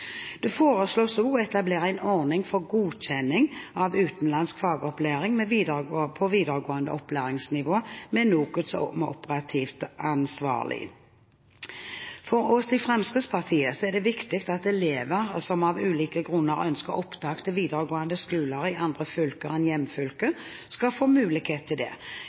Det foreslås også å etablere en ordning for godkjenning av utenlandsk fagopplæring på videregående opplæringsnivå, med NOKUT som operativt ansvarlig. For oss i Fremskrittspartiet er det viktig at elever som av ulike grunner ønsker opptak til videregående skoler i andre fylker enn hjemfylket, skal få mulighet til det.